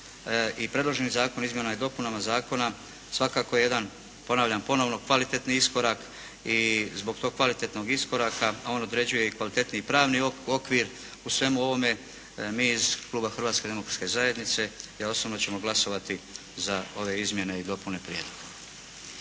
i predloženi zakon o izmjenama i dopunama zakona svakako je jedan ponavljam ponovno kvalitetni iskorak i zbog tog kvalitetnog iskoraka a on određuje i kvalitetniji pravni okvir u svemu ovome. Mi iz kluba Hrvatske demokratske zajednice i ja osobno ćemo glasovati za ove izmjene i dopune prijedloga.